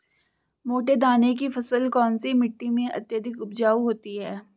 मोटे दाने की फसल कौन सी मिट्टी में अत्यधिक उपजाऊ होती है?